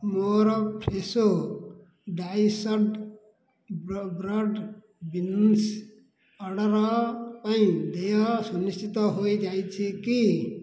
ମୋର Fresho diced broad beans order ପାଇଁ ଦେୟ ସୁନିଶ୍ଚିତ ହୋଇଯାଇଛି କି